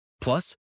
Plus